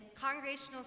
congregational